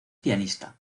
pianista